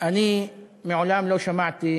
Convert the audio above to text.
אני מעולם לא שמעתי,